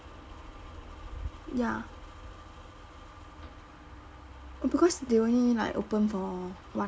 ya oh because they only like open for one